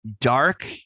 dark